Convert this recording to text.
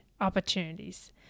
opportunities